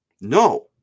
No